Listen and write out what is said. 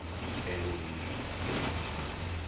spanning space and time